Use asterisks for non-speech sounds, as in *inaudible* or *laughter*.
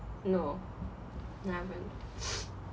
no no haven't *noise*